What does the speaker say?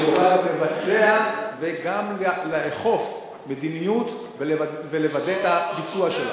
שיכולה לבצע וגם לאכוף מדיניות ולוודא את הביצוע שלה.